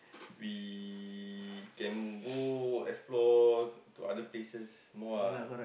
we can go explore to other places more ah